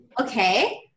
okay